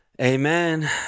Amen